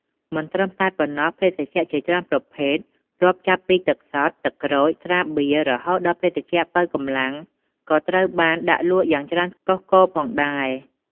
មិនត្រឹមតែប៉ុណ្ណោះ ភេសជ្ជៈ ជាច្រើនប្រភេទ រាប់ចាប់ពីទឹកសុទ្ធ ទឹកក្រូច ស្រាបៀរ រហូតដល់ភេសជ្ជៈប៉ូវកម្លាំង ក៏ត្រូវបានដាក់លក់យ៉ាងច្រើនកុះករផងដែរ។